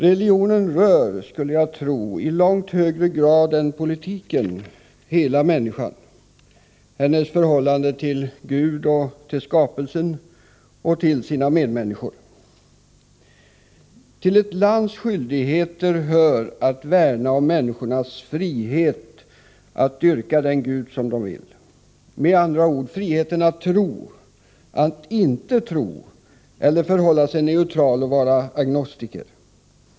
Religionen rör, skulle jag tro, i långt högre grad än politiken hela människan, hennes förhållande till Gud, till skapelsen och till sina medmänniskor. Till ett lands skyldigheter hör att värna om människors frihet att dyrka den Gud de vill, med andra ord friheten att tro, att inte tro eller förhålla sig neutral, vara agnostiker.